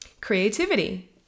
Creativity